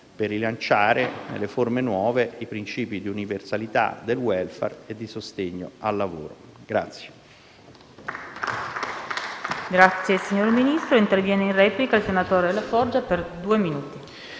per rilanciare, nelle forme nuove, i principi di universalità del *welfare* e di sostegno al lavoro.